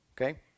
Okay